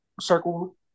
circle